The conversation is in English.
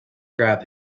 grab